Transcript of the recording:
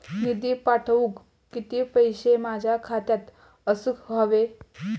निधी पाठवुक किती पैशे माझ्या खात्यात असुक व्हाये?